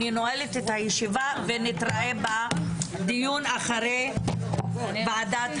אני נועלת את הישיבה ונתראה בדיון אחרי ועדת הבדיקה.